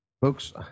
Folks